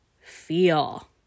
feel